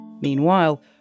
Meanwhile